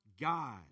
God